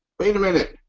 wait a minute,